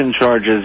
charges